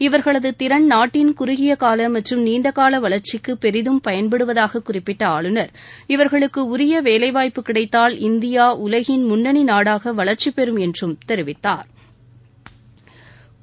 இவர்களது திறன் நாட்டின் குறுகியகால மற்றும் நீண்டகால வளர்ச்சிக்கு பெரிதும் பயன்படுவதாகக் குறிப்பிட்ட ஆளுநர் இவர்களுக்கு உரிய வேலைவாய்ப்பு கிடைத்தால் இந்தியா உலகின் முன்னணி நாடாக வள்ச்சி பெறும் என்றும் தெரிவித்தாா்